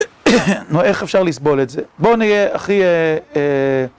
נו, איך אפשר לסבול את זה? בוא נהיה הכי...